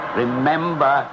remember